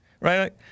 Right